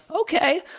okay